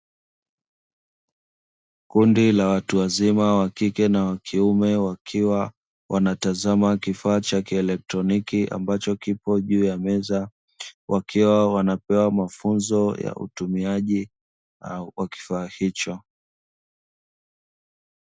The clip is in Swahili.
Kundi la watu wazima wa kike na wa kiume, wakiwa wanatazama kifaa cha kielektroniki ambacho kipo juu ya meza, wakiwa wanapewa mafunzo ya utumiaji wa wa kifaa hicho.